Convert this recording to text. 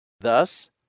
Thus